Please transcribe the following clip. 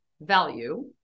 value